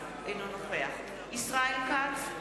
אינו נוכח ישראל כץ,